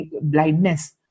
blindness